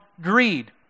greed